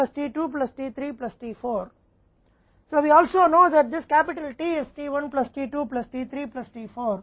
t1 plus t2 plus t 3 plus t 4 तो हम यह भी जानते हैं कि यह पूंजी t 1 plus t 2 plus t 3 plus t 4 है